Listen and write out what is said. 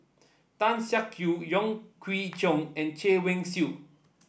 Tan Siak Kew Wong Kwei Cheong and Chay Weng Yew